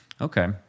Okay